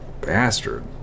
bastard